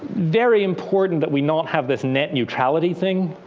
very important that we not have this net neutrality thing.